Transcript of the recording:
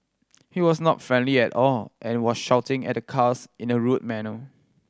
he was not friendly at all and was shouting at the cars in a rude manner